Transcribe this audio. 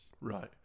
Right